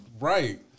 Right